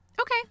Okay